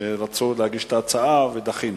רצו להגיש את ההצעה, ודחינו.